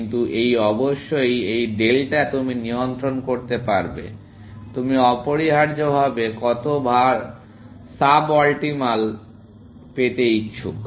কিন্তু এই অবশ্যই এই ডেল্টা তুমি নিয়ন্ত্রণ করতে পারবে তুমি অপরিহার্যভাবে কত সাব অপ্টিমাল পেতে ইচ্ছুক